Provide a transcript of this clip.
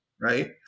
right